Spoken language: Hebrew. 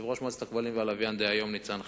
יושב-ראש מועצת הכבלים והלוויין דהיום ניצן חן,